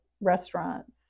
restaurants